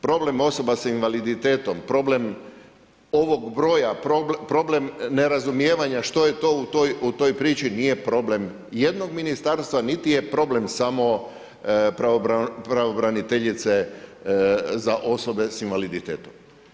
Problem osoba sa invaliditetom, problem ovog broja, problem nerazumijevanja što je to u toj priči, nije problem jednog ministarstva, niti je problem samo pravobraniteljice za osobe s invaliditetom.